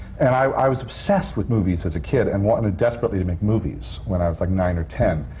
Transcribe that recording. and i was obsessed with movies as a kid and wanted desperately to make movies, when i was like nine or ten.